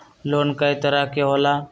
Loan कय तरह के होला?